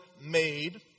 made